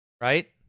Right